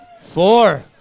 Four